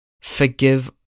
forgive